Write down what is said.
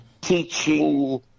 teaching